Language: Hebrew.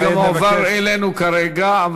זה גם הועבר אלינו כרגע.